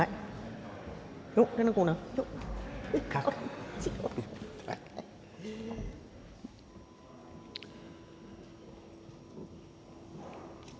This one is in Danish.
Tak,